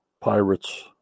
pirates